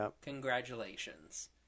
Congratulations